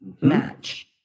match